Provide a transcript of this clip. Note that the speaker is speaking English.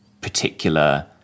particular